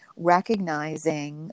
recognizing